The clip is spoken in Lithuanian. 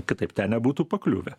kitaip ten nebūtų pakliuvę